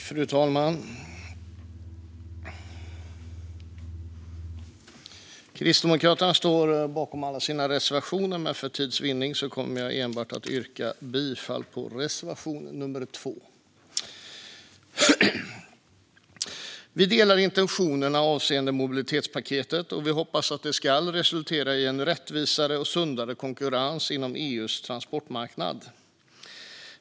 Fru talman! Kristdemokraterna står bakom alla sina reservationer, men för tids vinning yrkar jag bifall enbart till reservation nummer 2. Vi delar intentionerna avseende mobilitetspaketet, och vi hoppas att det ska resultera i en rättvisare och sundare konkurrens inom EU:s transportmarknad.